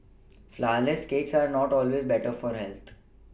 flourless cakes are not always better for health